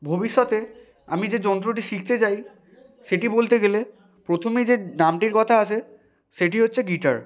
ভবিষ্যতে আমি যে যন্ত্রটি শিখতে চাই সেটি বলতে গেলে প্রথমেই যে নামটির কথা আসে সেইটি হচ্চে গিটার